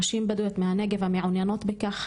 נשים בדוויות מהנגב המעוניינות בכך,